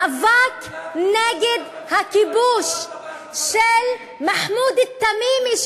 מאבק נגד הכיבוש של מחמוד א-תמימי,